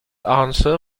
answer